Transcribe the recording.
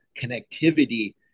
connectivity –